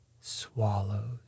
Swallows